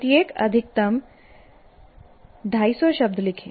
प्रत्येक अधिकतम 250 शब्द लिखें